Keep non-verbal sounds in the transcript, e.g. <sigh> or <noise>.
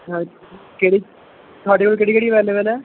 <unintelligible> ਕਿਹੜੀ ਤੁਹਾਡੇ ਕੋਲ ਕਿਹੜੀ ਕਿਹੜੀ ਅਵੇਲੇਬਲ ਹੈ